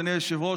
אדוני היושב-ראש,